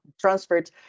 transferred